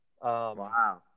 wow